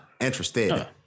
interested